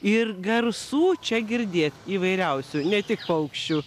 ir garsų čia girdėt įvairiausių ne tik paukščių